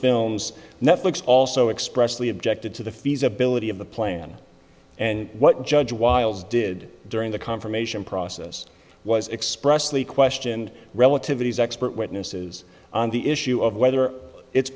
films netflix also expressed the objected to the feasibility of the plan and what judge wiles did during the confirmation process was expressly questioned relativities expert witnesses on the issue of whether it's